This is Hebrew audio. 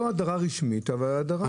לא הדרה רשמית אבל יש הדרה.